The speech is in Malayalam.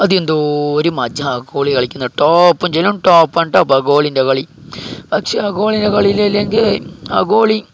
അത് എന്തോരം മജ്ജ ആക്കും ഗോലി കളിക്കുന്നതെന്ന് വെച്ചാല് ടോപ് എന്ന് വെച്ച് കഴിഞ്ഞാൽ ടോപ്പാണ് കേട്ടോ ഗോലിൻ്റെ കളി പക്ഷെ ആ ഗോലിൻ്റെ കളില് ഇല്ലെങ്കിൽ ആ ഗോലി